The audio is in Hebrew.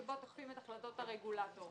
שבו תוקפים את החלטות הרגולטור.